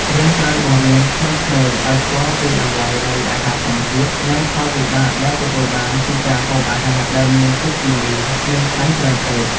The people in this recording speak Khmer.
យើងត្រូវបង្រៀនក្មេងៗឲ្យស្គាល់ពីតម្លៃនៃអាហារធម្មជាតិ និងផលវិបាកដែលទទួលបានពីការហូបអាហារដែលមានជាតិគីមី និងខ្លាញ់ច្រើនពេក។